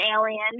alien